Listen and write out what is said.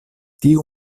tiu